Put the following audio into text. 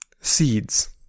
seeds